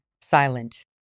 silent